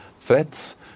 threats